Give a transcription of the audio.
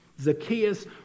Zacchaeus